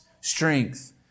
Strength